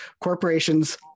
corporations